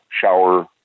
shower